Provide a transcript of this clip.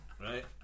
Right